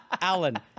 Alan